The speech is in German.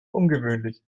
ungewöhnlich